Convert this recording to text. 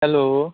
hello